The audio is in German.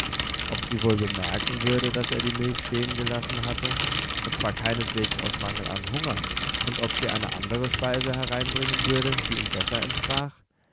ob sie wohl bemerken würde daß er die milch stehengelassen hatte und zwar keineswegs aus mangel an hunger und ob sie eine andere speise hereinbringen würde die ihm besser entsprach